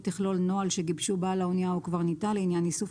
תכלול נוהל שגיבשו בעל האנייה או קברניטה לעניין איסוף